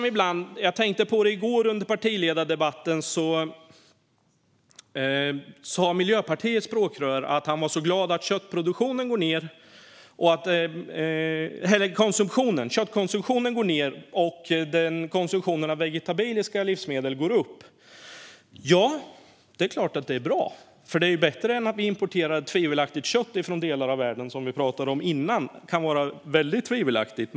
I partiledardebatten i går sa Miljöpartiets språkrör att han var så glad över att köttkonsumtionen går ned och att konsumtionen av vegetabiliska livsmedel går upp. Ja, det är klart att detta är bra, för det är bättre än att vi importerar tvivelaktigt kött från delar av världen. Som vi pratade om tidigare kan det vara väldigt tvivelaktigt.